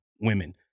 women